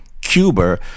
Cuba